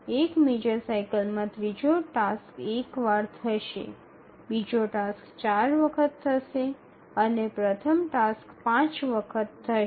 એક મેજર સાઇકલમાં ત્રીજો ટાસ્ક એકવાર થશે બીજો ટાસ્ક ૪ વખત થશે અને પ્રથમ ટાસ્ક 5 વખત થશે